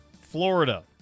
Florida